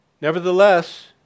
nevertheless